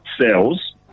cells